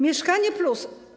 Mieszkanie+”